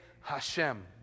Hashem